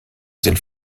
sind